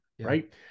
Right